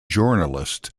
journalist